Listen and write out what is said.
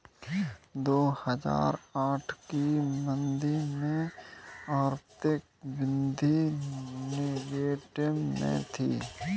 दो हजार आठ की मंदी में आर्थिक वृद्धि नेगेटिव में थी